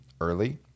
early